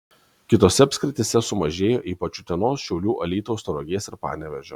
kitose apskrityse sumažėjo ypač utenos šiaulių alytaus tauragės ir panevėžio